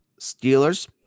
Steelers